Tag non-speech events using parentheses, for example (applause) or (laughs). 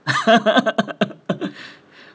(laughs)